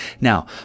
Now